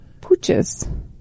pooches